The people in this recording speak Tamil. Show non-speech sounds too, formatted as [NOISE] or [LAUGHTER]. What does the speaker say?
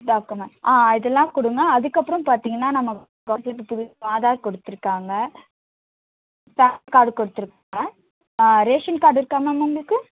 டாக்குமெண்ட் ஆ இதெல்லாம் கொடுங்க அதுக்கப்புறம் பார்த்தீங்கன்னா நம்ம [UNINTELLIGIBLE] புதுசாக ஆதார் கொடுத்துருக்காங்க பேன் கார்டு கொடுத்துருக்காங்க ரேஷன் கார்டு இருக்கா மேம் உங்களுக்கு